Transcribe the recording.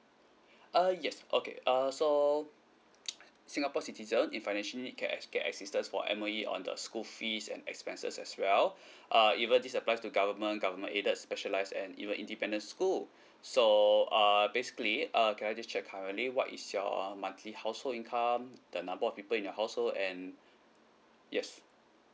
uh yes okay err so singapore citizen if financially need get as~ get assistance for M_O_E on the school fees and expenses as well uh even this applies to government government aided specialise and even independent school so err basically err can I just check currently what is your monthly household income the number of people in your household and yes